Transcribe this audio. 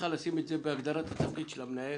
לשים את זה בהגדרת התפקיד של המנהל,